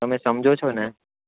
તમે સમજો છો ને